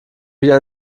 wieder